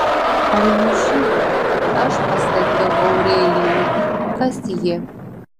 ar ji žino kad aš pasakiau aurelijui kas ji